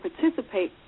participate